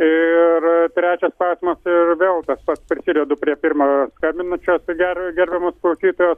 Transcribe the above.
ir trečia klausimas tai ir vėl tas pats prisidedu prie pirma skambinančios ger gerbiamos klausytojos